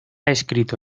escrito